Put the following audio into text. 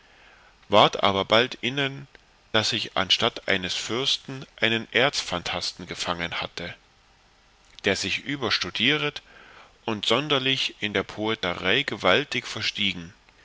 ward aber bald innen daß ich anstatt eines fürsten einen erzphantasten gefangen hätte der sich überstudieret und sonderlich in der poeterei gewaltig verstiegen